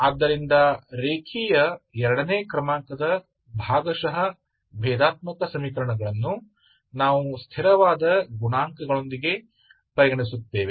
ಆದ್ದರಿಂದ ರೇಖೀಯ ಎರಡನೇ ಕ್ರಮಾಂಕದ ಭಾಗಶಃ ಭೇದಾತ್ಮಕ ಸಮೀಕರಣಗಳನ್ನು ನಾವು ಸ್ಥಿರವಾದ ಗುಣಾಂಕಗಳೊಂದಿಗೆ ಪರಿಗಣಿಸುತ್ತೇವೆ